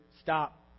stop